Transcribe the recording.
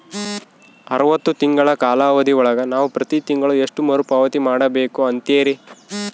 ಅರವತ್ತು ತಿಂಗಳ ಕಾಲಾವಧಿ ಒಳಗ ನಾವು ಪ್ರತಿ ತಿಂಗಳು ಎಷ್ಟು ಮರುಪಾವತಿ ಮಾಡಬೇಕು ಅಂತೇರಿ?